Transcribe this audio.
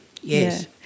yes